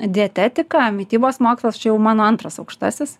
dietetika mitybos mokslas čia jau mano antras aukštasis